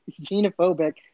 xenophobic